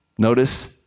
Notice